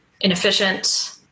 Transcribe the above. inefficient